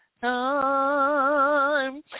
time